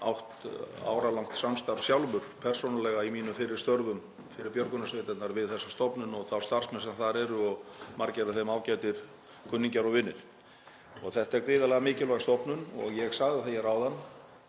persónulegt samstarf sjálfur í mínum fyrri störfum fyrir björgunarsveitirnar við þessa stofnun og þá starfsmenn sem þar eru og margir af þeim eru ágætir kunningjar og vinir. Þetta er gríðarlega mikilvæg stofnun og ég sagði það hér áðan